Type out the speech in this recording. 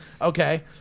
Okay